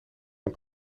een